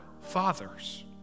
fathers